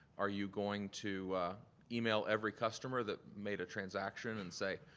are you going to email every customer that made a transaction and say,